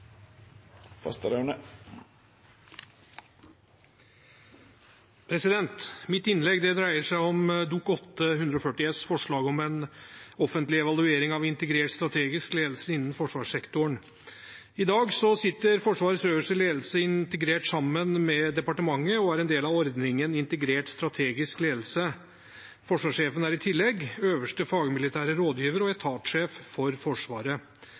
ute. Mitt innlegg dreier seg om Dokument 8:140 S for 2018–2019, forslag om en offentlig evaluering av integrert strategisk ledelse innen forsvarssektoren. I dag sitter Forsvarets øverste ledelse integrert sammen med departementet og er en del av ordningen integrert strategisk ledelse. Forsvarssjefen er i tillegg øverste fagmilitære rådgiver og etatssjef for Forsvaret.